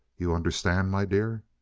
you understand, my dear?